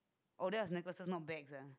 oh that's necklaces not bags ah